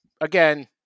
Again